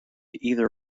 either